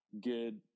good